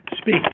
speak